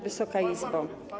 Wysoka Izbo!